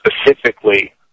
specifically